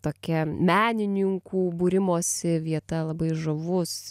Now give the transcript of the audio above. tokia menininkų būrimosi vieta labai žavus